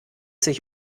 sich